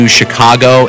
Chicago